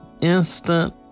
instant